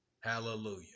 Hallelujah